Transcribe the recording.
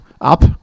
up